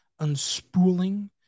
unspooling